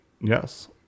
Yes